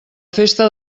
festa